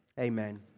amen